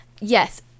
Yes